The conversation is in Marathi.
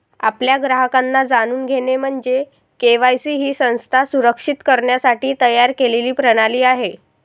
आपल्या ग्राहकांना जाणून घेणे म्हणजे के.वाय.सी ही संस्था सुरक्षित करण्यासाठी तयार केलेली प्रणाली आहे